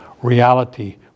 reality